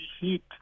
heat